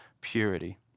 purity